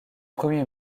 premier